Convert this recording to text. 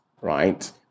right